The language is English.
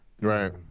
right